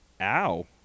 Ow